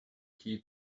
key